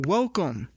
Welcome